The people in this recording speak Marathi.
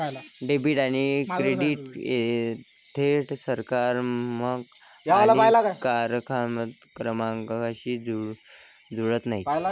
डेबिट आणि क्रेडिट थेट सकारात्मक आणि नकारात्मक क्रमांकांशी जुळत नाहीत